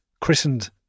christened